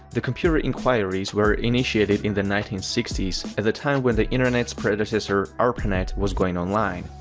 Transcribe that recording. the computer inquires were initiated in the nineteen sixty s at the time when the internet's predecessor arpanet was going online.